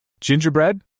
Gingerbread